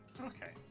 Okay